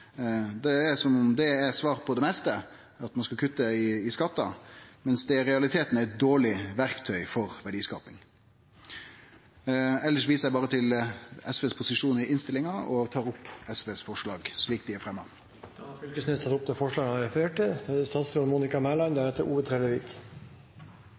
Det er som om det er svar på det meste, at ein skal kutte i skattar, mens det i realiteten er eit dårleg verktøy for verdiskaping. Elles viser eg berre til SVs posisjon i innstillinga og tar opp SVs forslag slik det er fremja. Representanten Torgeir Knag Fylkesnes har tatt opp forslaget han refererte til. Regjeringen har